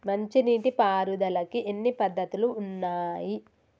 మంచి నీటి పారుదలకి ఎన్ని పద్దతులు ఉన్నాయి?